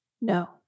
No